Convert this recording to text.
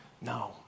No